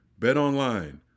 BetOnline